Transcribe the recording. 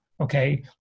okay